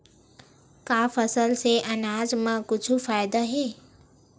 का फसल से आनाज मा कुछु फ़ायदा हे?